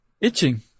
itching